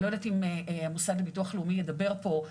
אני לא יודעת אם המוסד לביטוח לאומי ידבר פה,